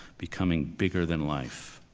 becoming bigger than life.